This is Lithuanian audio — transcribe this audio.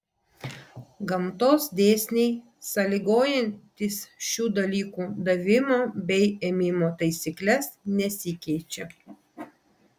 gamtos dėsniai sąlygojantys šių dalykų davimo bei ėmimo taisykles nesikeičia